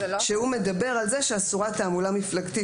שהוא מדבר על זה שאסורה תעמולה מפלגתית,